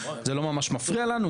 זה לא ממש מפריע לנו,